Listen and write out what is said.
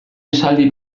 esaldi